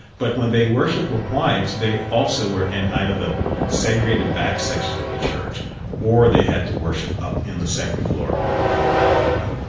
but when they worshipped with whites they also were in either the segregated back sections of the church or they had to worship up in the second floor in the balcony.